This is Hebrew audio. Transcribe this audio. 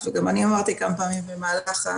אני לא רוצה להגיד לרוץ כי אנחנו לא חושבים שצריכים לרוץ,